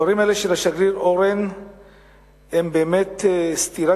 הדברים האלה של השגריר אורן עומדים באמת בסתירה